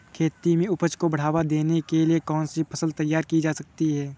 खेती में उपज को बढ़ावा देने के लिए कौन सी फसल तैयार की जा सकती है?